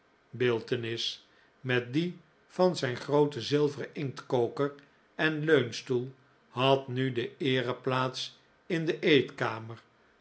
statiebeeltenis met die van zijn grooten zilveren inktkoker en leunstoel had nu de eereplaats in de eetkamer